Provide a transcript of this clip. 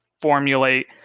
formulate